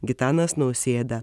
gitanas nausėda